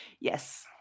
Yes